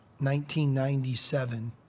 1997